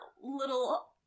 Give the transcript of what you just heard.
little